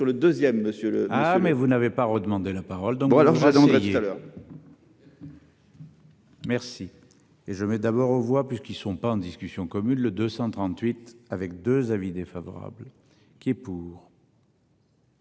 oui mais vous n'avez pas redemandé la parole donc bon alors ça pas du. Merci et je mets d'abord aux voix puisqu'ils sont pas en discussion commune le 238 avec 2 avis défavorable qui est pour.